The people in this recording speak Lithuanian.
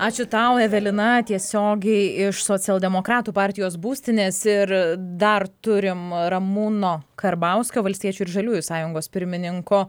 ačiū tau evelina tiesiogiai iš socialdemokratų partijos būstinės ir dar turime ramūno karbauskio valstiečių ir žaliųjų sąjungos pirmininko